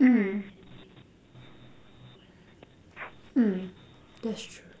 mm mm that's true